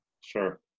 Sure